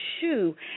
shoe